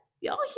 Y'all